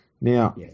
Now